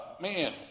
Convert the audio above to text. man